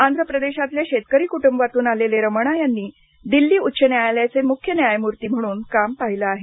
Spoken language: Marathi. आंध्र प्रदेशातल्या शेतकरी कुटुंबातून आलेले रमणा यांनी दिल्ली उच्च न्यायालयाचे मुख्य न्यायमूर्ती म्हणून काम पाहिलं आहे